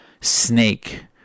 snake